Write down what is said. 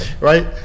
right